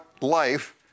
life